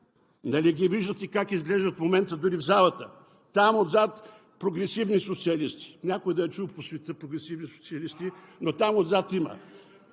Нали ги виждате как изглеждат в момента дори в залата?! Там отзад – прогресивни социалисти. Някой да е чул по света прогресивни социалисти? (Реплика